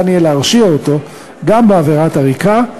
יהיה אפשר להרשיעו גם בעבירת עריקה,